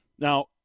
Now